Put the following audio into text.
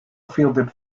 fielded